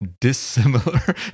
Dissimilar